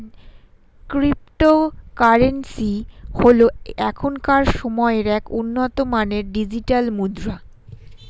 cryptocurrency হল এখনকার সময়ের এক উন্নত মানের ডিজিটাল মুদ্রা